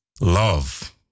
Love